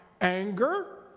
anger